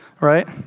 right